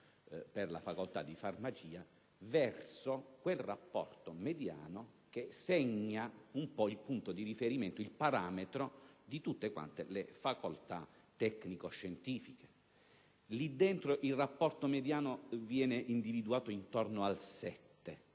per la facoltà di farmacia verso quel rapporto mediano che segna il punto di riferimento, il parametro di tutte le facoltà tecnico-scientifiche. In quell'ambito il rapporto mediano viene individuato intorno a 7,